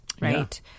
right